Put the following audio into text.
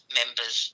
members